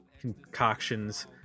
concoctions